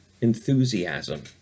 enthusiasm